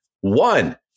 one